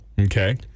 okay